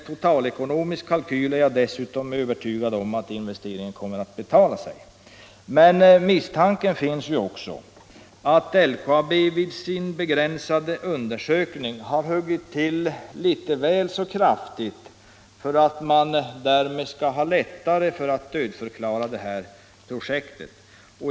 Jag är dessutom övertygad om att investeringen insatt i en totalekonomisk kalkyl skulle betala sig. Misstanken finns också att LKAB vid sin begränsade undersökning har huggit till litet väl kraftigt för att det därmed skulle vara lättare att dödförklara projektet.